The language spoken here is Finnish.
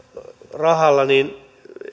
rahalla niin